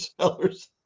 Sellers